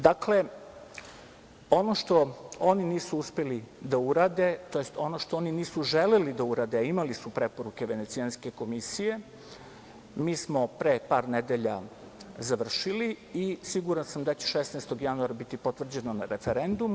Dakle, ono što oni nisu uspeli da urade, tj. ono što oni nisu želeli da urade, a imali su preporuke Venecijanske komisije, mi smo pre par nedelja završili i siguran sam da će 16. januara biti potvrđeno na referendumu.